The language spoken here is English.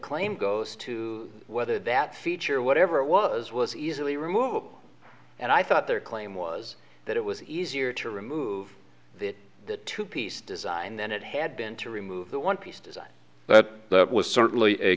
claim goes to whether that feature whatever it was was easily removable and i thought their claim was that it was easier to remove the two piece design than it had been to remove the one piece design that was certainly